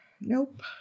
Nope